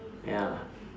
ya